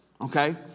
Okay